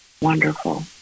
Wonderful